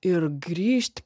ir grįžt